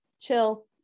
chill